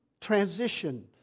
Transition